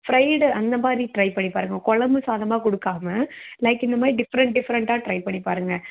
fried அந்தமாதிரி try பண்ணி பாருங்கள் குலம்பு சாதமாக கொடுக்காம லைக் இந்தமாதிரி டிஃப்ரண்ட் டிஃப்ரண்ட்டாக ட்ரை பண்ணி பாருங்கள்